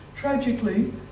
Tragically